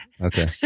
Okay